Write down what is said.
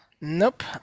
Nope